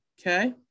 Okay